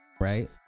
right